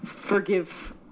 forgive